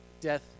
death